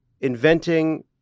inventing